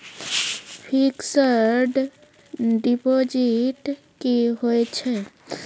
Fixed deposit की होय छै?